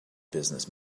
business